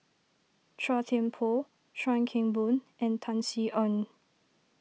Chua Thian Poh Chuan Keng Boon and Tan Sin Aun